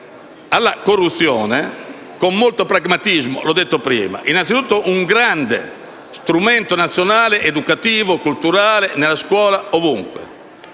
alla corruzione con molto pragmatismo, come ho detto prima, innanzitutto ricorrendo ad un grande strumento nazionale, educativo, culturale, nella scuola e ovunque